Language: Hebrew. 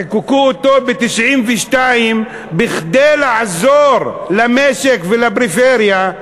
חוקקו אותו ב-1992 כדי לעזור למשק ולפריפריה.